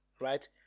right